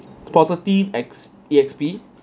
positive X E_X_P